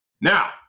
Now